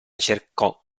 cercò